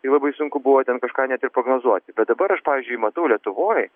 tai labai sunku buvo ten kažką net ir prognozuoti bet dabar aš pavyzdžiui matau lietuvoj